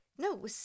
no